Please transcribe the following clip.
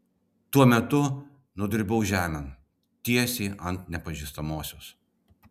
tuo metu nudribau žemėn tiesiai ant nepažįstamosios